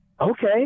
okay